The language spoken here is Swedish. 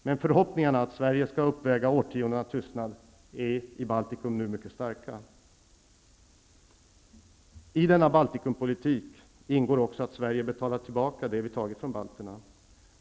Men förhoppningarna att Sverige skall uppväga årtionden av tystnad i Baltikum är nu mycket starka. I denna Baltikumpolitik ingår också att Sverige betalar tillbaka det vi tagit från balterna.